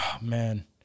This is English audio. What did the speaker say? man